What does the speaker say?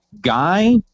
guy